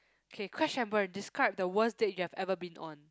okay crash and burn describe the worst date you have ever been on